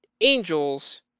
Angels